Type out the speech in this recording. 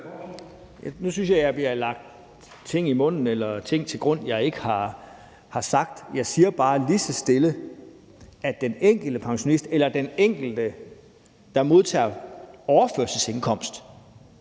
Nu synes jeg, jeg bliver lagt ord i munden, eller at der bliver lagt ting til grund, jeg ikke har sagt. Jeg siger bare lige så stille, at den enkelte pensionist eller den enkelte, der modtager overførselsindkomst,